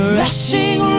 rushing